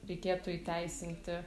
reikėtų įteisinti